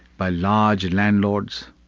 by large landlords,